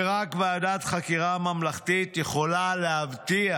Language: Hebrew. ורק ועדת חקירה ממלכתית יכולה להבטיח